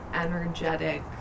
energetic